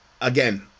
again